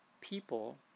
people